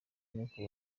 n’uko